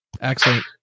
excellent